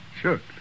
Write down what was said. Sure